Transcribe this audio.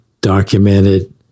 documented